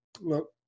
look